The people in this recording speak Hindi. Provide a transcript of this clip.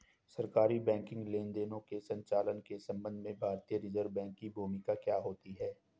सरकारी बैंकिंग लेनदेनों के संचालन के संबंध में भारतीय रिज़र्व बैंक की भूमिका क्या होती है?